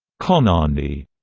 khonani,